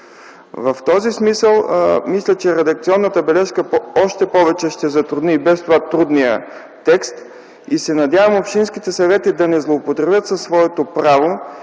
В този смисъл мисля, че редакционната бележка още повече ще затрудни и без това трудния текст и се надявам общинските съвети да не злоупотребят със своето право